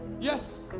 Yes